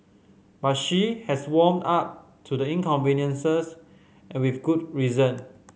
but she has warmed up to the inconveniences and with good reason